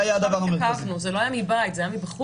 זה לא היה מבית, זה היה מבחוץ.